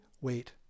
wait